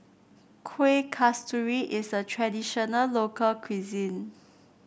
Kuih Kasturi is a traditional local cuisine